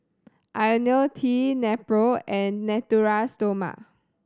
Ionil T Nepro and Natura Stoma